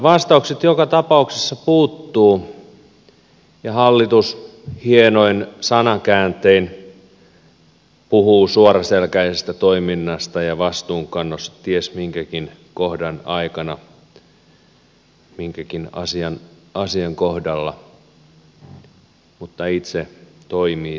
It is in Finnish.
vastaukset joka tapauksessa puuttuvat ja hallitus hienoin sanakääntein puhuu suoraselkäisestä toiminnasta ja vastuunkannosta ties minkäkin asian kohdalla mutta itse toimii täysin toisin